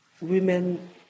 women